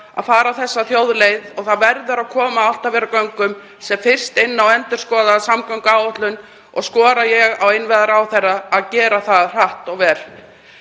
að fara þessa þjóðleið. Það verður að koma Álftafjarðargöngum sem fyrst inn á endurskoðaða samgönguáætlun og skora ég á innviðaráðherra að gera það hratt og vel.